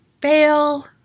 Fail